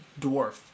dwarf